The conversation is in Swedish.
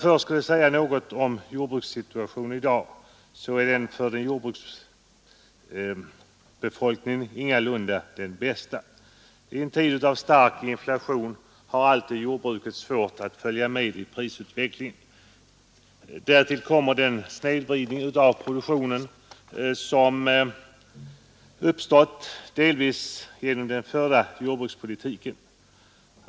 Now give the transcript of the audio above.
Jordbruksbefolkningens situation i dag är ingalunda den bästa. I en tid av stark inflation har jordbruket alltid svårt att följa med i prisutvecklingen. Härtill kommer den snedvridning av produktionen som uppstått delvis på grund av den förda jordbrukspolitiken.